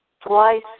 twice